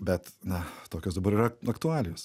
bet na tokios dabar yra aktualijos